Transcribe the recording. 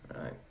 right